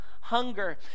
hunger